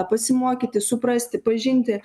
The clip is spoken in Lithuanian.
pasimokyti suprasti pažinti